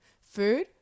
food